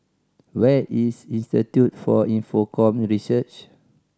where is Institute for Infocomm Research